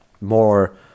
more